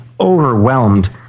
overwhelmed